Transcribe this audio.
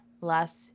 last